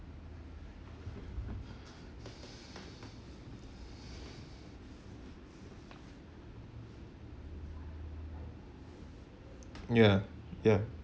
ya ya